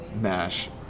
MASH